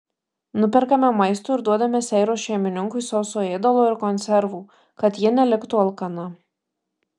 nuperkame maisto ir duodame seiros šeimininkui sauso ėdalo ir konservų kad ji neliktų alkana